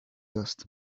dust